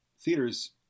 theaters